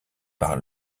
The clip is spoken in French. par